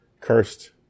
Cursed